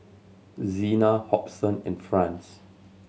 Zena Hobson and Franz